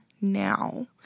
now